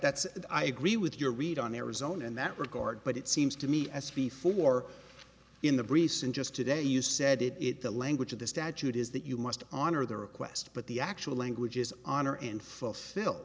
what i agree with your read on arizona in that regard but it seems to me as before in the briefs and just today you said it it the language of the statute is that you must honor the request but the actual language is honor and fulfill